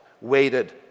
waited